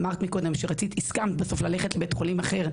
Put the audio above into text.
אמרת מקודם שהסכמת ללכת לבית חולים אחר.